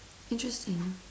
interesting